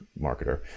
marketer